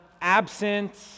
absent